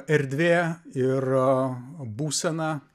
erdvė ir būsena